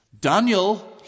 Daniel